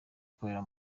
ukorera